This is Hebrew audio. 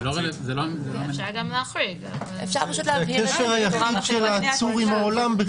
זה הקשר היחיד של העצור עם העולם.